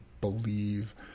believe